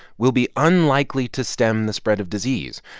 will be unlikely to stem the spread of disease.